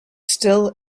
still